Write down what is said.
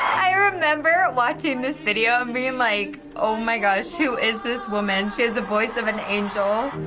i remember watching this video and being like, oh my gosh. who is this woman? she has the voice of an angel.